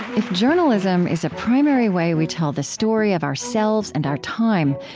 if journalism is a primary way we tell the story of ourselves and our time,